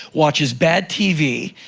watches bad tv,